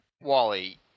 Wally